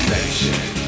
Nation